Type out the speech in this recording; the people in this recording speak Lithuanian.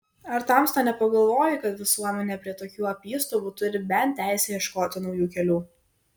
ar tamsta nepagalvoji kad visuomenė prie tokių apystovų turi bent teisę ieškoti naujų kelių